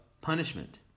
punishment